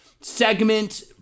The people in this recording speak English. segment